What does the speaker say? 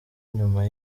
nyuma